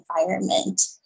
environment